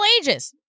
ages